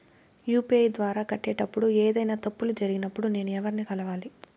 UPI ద్వారా కట్టేటప్పుడు ఏదైనా తప్పులు జరిగినప్పుడు నేను ఎవర్ని కలవాలి?